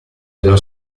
dello